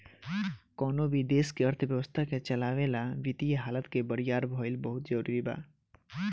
कवनो भी देश के अर्थव्यवस्था के चलावे ला वित्तीय हालत के बरियार भईल बहुते जरूरी बा